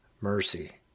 mercy